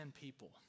people